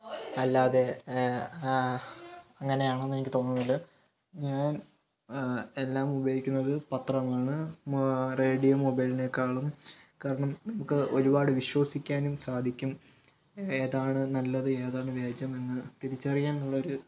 അല്ലാതെ അങ്ങനെയാണ് എന്ന് എനിക്ക് തോന്നുന്നുണ്ട് ഞാന് എല്ലാം ഉപയോഗിക്കുന്നത് പത്രമാണ് മൊ റേഡിയോ മൊബൈലിനേക്കാളും കാരണം നമുക്ക് ഒരുപാട് വിശ്വസിക്കാനും സാധിക്കും ഏതാണ് നല്ലത് ഏതാണ് വ്യാജം എന്ന് തിരിച്ചറിയാനുള്ളൊരു